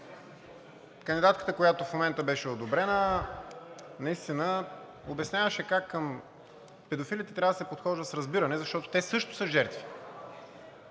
канадидатката, която в момента беше одобрена, наистина обясняваше как към педофилите трябва да се подхожда с разбиране, защото те също са жертви.